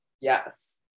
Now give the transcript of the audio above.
Yes